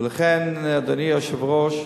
ולכן, אדוני היושב-ראש,